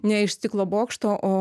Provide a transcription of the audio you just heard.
ne iš stiklo bokšto o